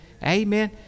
amen